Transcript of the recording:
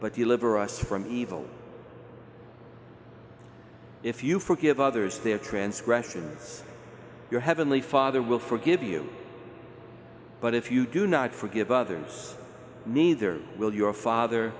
deliver us from evil if you forgive others their transgressions your heavenly father will forgive you but if you do not forgive others neither will your father